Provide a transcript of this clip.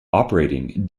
operating